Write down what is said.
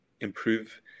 improve